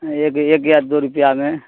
ایک ایک یا دو روپیہ میں